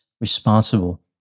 responsible